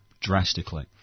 drastically